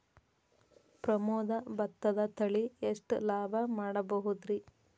ಪ್ರಮೋದ ಭತ್ತದ ತಳಿ ಎಷ್ಟ ಲಾಭಾ ಮಾಡಬಹುದ್ರಿ?